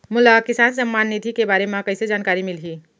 मोला किसान सम्मान निधि के बारे म कइसे जानकारी मिलही?